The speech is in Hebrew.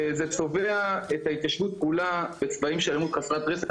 זה צובע את ההתיישבות כולה בצבעים של אלימות חסרת רסן,